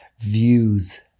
views